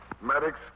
Medics